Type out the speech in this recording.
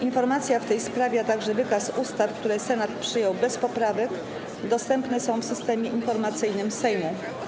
Informacja w tej sprawie, a także wykaz ustaw, które Senat przyjął bez poprawek, dostępne są w Systemie Informacyjnym Sejmu.